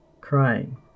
crying